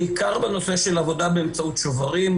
בעיקר בנושא של עבודה באמצעות שוברים,